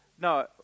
No